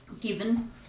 Given